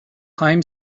خواهیم